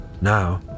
Now